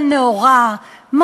השנים,